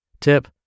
Tip